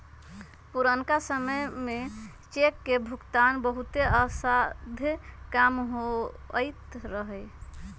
पुरनका समय में चेक के भुगतान बहुते असाध्य काम होइत रहै